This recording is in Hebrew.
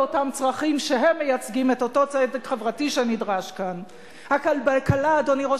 חברת הכנסת מירי רגב.